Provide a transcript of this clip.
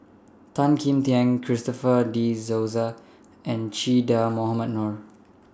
Tan Kim Tian Christopher De Souza and Che Dah Mohamed Noor